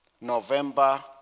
November